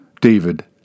David